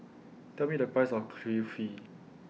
Tell Me The Price of Kulfi